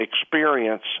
experience